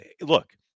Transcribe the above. Look